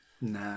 Nah